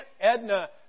Edna